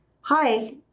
hi